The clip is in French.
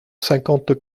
cinquante